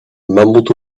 mumbled